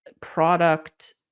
product